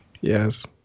Yes